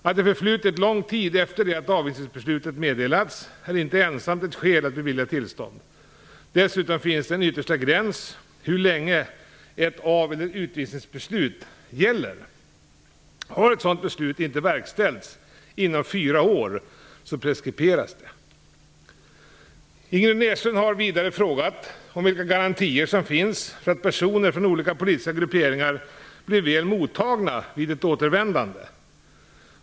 Att det förflutit lång tid efter det att avvisningsbeslutet meddelats är inte ensamt ett skäl att bevilja tillstånd. Dessutom finns det en yttersta gräns för hur länge ett av eller utvisningsbeslut gäller. Har ett sådant beslut inte verkställts inom fyra år, så preskriberas det. Ingrid Näslund har vidare frågat om vilka garantier som finns för att personer från olika politiska grupperingar blir väl mottagna vid ett återvändande.